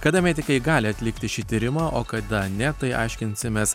kada medikai gali atlikti šį tyrimą o kada ne tai aiškinsimės